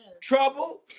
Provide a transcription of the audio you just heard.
Trouble